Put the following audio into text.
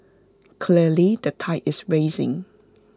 clearly the tide is rising